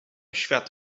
świat